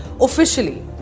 officially